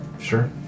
Sure